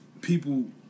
people